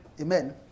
Amen